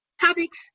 topics